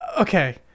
okay